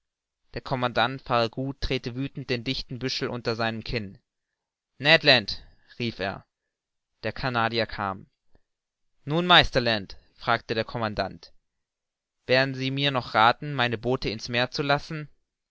der commandant farragut drehte wüthend den dichten büschel unter seinem kinn ned land rief er der canadier kam nun meister land fragte der commandant werden sie mir noch rathen meine boote in's meer zu lassen